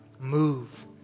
move